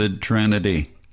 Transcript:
trinity